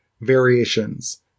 variations